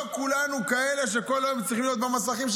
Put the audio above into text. לא כולנו כאלה שכל היום צריכים להיות במסכים,